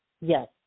Yes